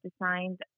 designed